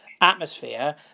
atmosphere